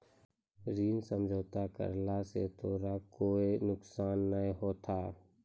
ऋण समझौता करला स तोराह कोय नुकसान नाय होथा